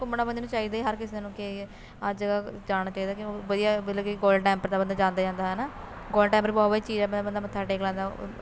ਘੁੰਮਣਾ ਬੰਦੇ ਨੂੰ ਚਾਹੀਦਾ ਹੈ ਹਰ ਕਿਸੇ ਨੂੰ ਕਿ ਅੱਜ ਜਾਣਾ ਚਾਹੀਦਾ ਕਿ ਉਹ ਵਧੀਆ ਮਤਲਬ ਕਿ ਗੋਲਡਨ ਟੈਂਪਲ ਤਾਂ ਬੰਦਾ ਜਾਂਦਾ ਹੀ ਰਹਿੰਦਾ ਹੈ ਨਾ ਗੋਲਡਨ ਟੈਂਪਲ ਬਹੁ ਵਧੀਆ ਚੀਜ਼ ਆ ਬੰਦਾ ਮੱਥਾ ਟੇਕ ਲੈਂਦਾ